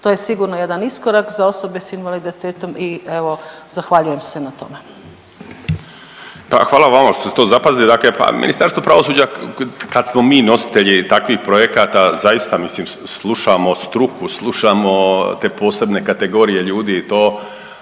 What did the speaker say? To je sigurno jedan iskorak za osobe s invaliditetom i evo zahvaljujem se na tome. **Martinović, Juro** Pa hvala vama što ste to zapazili, dakle pa Ministarstvo pravosuđa kad smo mi nositelji takvih projekata zaista mislim slušamo struku, slušamo te posebne kategorije ljudi, to